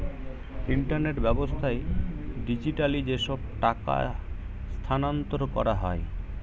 internet ব্যাবস্থায় digitally যেসব টাকা স্থানান্তর করা হয়